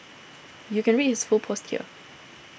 you can read his full post here